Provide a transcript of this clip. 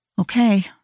Okay